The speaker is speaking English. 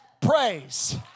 praise